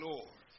Lord